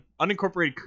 Unincorporated